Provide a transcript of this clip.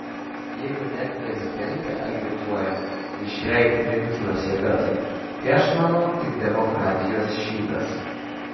jeigu net prezidentė agituoja už jai priimtinas jėgas tai aš manau tik demokratijos šydas